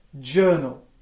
journal